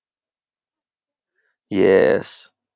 yes